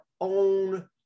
own